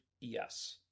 Yes